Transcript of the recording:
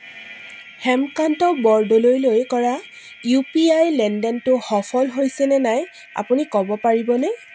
হেমকান্ত বৰদলৈ লৈ কৰা U P I লেনদেনটো সফল হৈছে নে নাই আপুনি ক'ব পাৰিবনে